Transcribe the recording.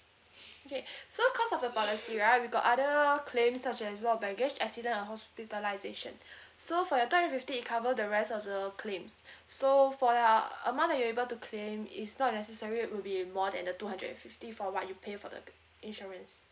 okay so cause of your policy right we got other claim such as loss of baggage accident and hospitalisation so for your two hundred fifty it cover the rest of the claims so for your amount that you are able to claim is not necessary it will be more than the two hundred and fifty for what you pay for the insurance